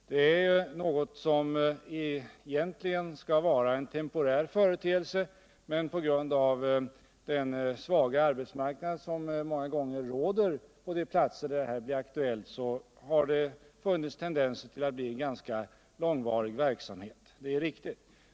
Dena är något som egentligen borde vara en temporär företeelse, men på grund av den svaga arbetsmarknad. som många gånger råder på de platser som blir aktuella, har tendenser till ganska långvarig verksamhet funnits. Det är riktigt.